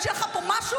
שיהיה לך פה משהו,